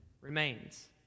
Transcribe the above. remains